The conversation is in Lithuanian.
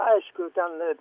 aišku ten